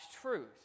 truth